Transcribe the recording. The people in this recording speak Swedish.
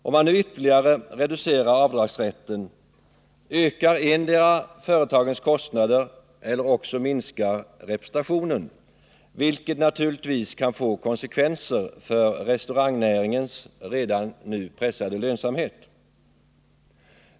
Om man nu ytterligare reducerar avdragsrätten endera ökar företagens kostnader eller minskar representationen, vilket naturligtvis kan få konsekvenser för restaurangnäringens redan nu pressade lönsamhet.